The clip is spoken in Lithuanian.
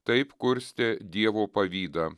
taip kurstė dievo pavydą